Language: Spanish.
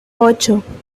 ocho